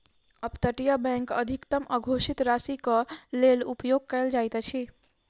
up तटीय bank अधिकतम अघोषित राशिक लेल उपयोग कयल जाइत अछि